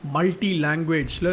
Multi-language